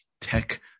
tech